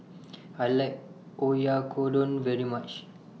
I like Oyakodon very much